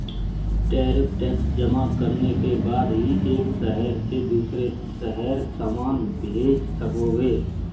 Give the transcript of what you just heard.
tariff tax जमा करने के बाद ही एक शहर से दूसरे शहर सामान भेज सकोगे